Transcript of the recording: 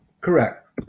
Correct